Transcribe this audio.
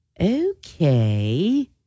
Okay